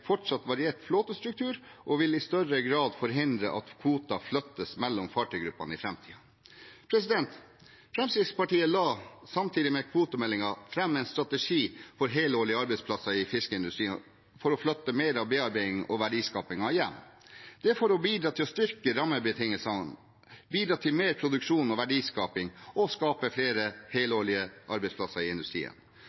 fortsatt variert flåtestruktur og vil i større grad forhindre at kvoter flyttes mellom fartøygruppene i framtiden. Fremskrittspartiet la, samtidig med kvotemeldingen, fram en strategi for helårige arbeidsplasser i fiskeindustrien for å flytte mer av bearbeidingen og verdiskapningen hjem – dette for å bidra til å styrke rammebetingelsene, bidra til mer produksjon og verdiskapning og skape flere